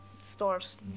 stores